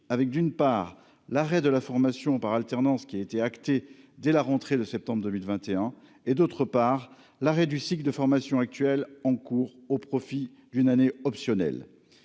avec d'une part, l'arrêt de la formation par alternance qui a été acté dès la rentrée de septembre 2021 et d'autre part, l'arrêt du cycle de formation actuelle en cours au profit d'une année optionnelle,